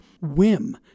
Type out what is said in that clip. whim